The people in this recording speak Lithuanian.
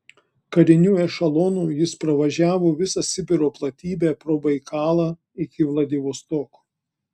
kariniu ešelonu jis pervažiavo visą sibiro platybę pro baikalą iki vladivostoko